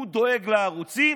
הוא דואג לערוצים